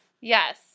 Yes